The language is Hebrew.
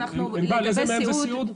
ענבל איזה מהן זה סיעד?